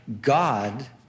God